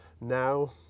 Now